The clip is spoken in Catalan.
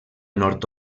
nord